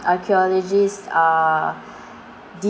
archaeologists are